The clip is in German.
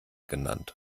genannt